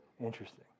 Interesting